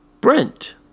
Brent